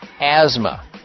asthma